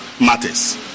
matters